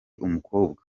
umukobwa